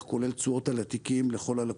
כולל תשואות על התיקים לכל הלקוחות.